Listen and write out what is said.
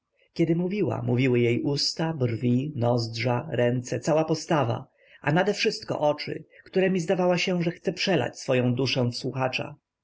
kiedy mówiła mówiły jej usta brwi nozdrza ręce cała postawa a nadewszystko oczy któremi zdawało się że chce przelać swoję duszę w słuchacza